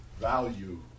value